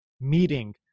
meeting